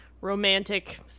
Romantic